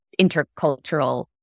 intercultural